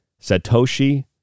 Satoshi